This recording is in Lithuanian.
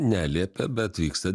neliepia bet vyksta